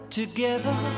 together